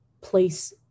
place